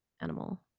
animal